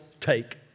take